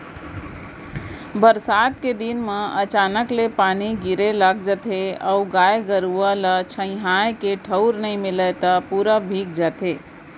बरसात के दिन म अचानक ले पानी गिरे लग जाथे अउ गाय गरूआ ल छंइहाए के ठउर नइ मिलय त पूरा भींग जाथे